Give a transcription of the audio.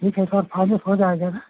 ठीक है sir finance हो जाएगा न